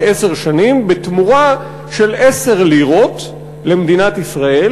לעשר שנים בתמורה ל-10 לירות למדינת ישראל,